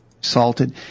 salted